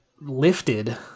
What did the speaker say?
lifted